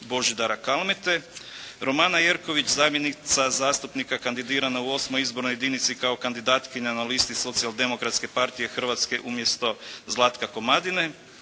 Božidara Kalmete, Romana Jerković zamjenica zastupnika kandidirana u VIII. izborno jedinici kao kandidatkinja na listi Socijaldemokratske partije Hrvatske umjesto Zlatka Komadine,